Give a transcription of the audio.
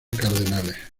cardenales